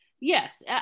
Yes